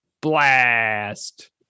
blast